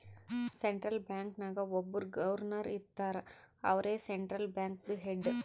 central bank ನಾಗ್ ಒಬ್ಬುರ್ governor ಇರ್ತಾರ ಅವ್ರೇ ಸೆಂಟ್ರಲ್ ಬ್ಯಾಂಕ್ದು ಹೆಡ್